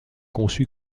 conçue